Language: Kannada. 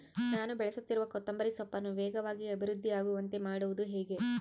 ನಾನು ಬೆಳೆಸುತ್ತಿರುವ ಕೊತ್ತಂಬರಿ ಸೊಪ್ಪನ್ನು ವೇಗವಾಗಿ ಅಭಿವೃದ್ಧಿ ಆಗುವಂತೆ ಮಾಡುವುದು ಹೇಗೆ?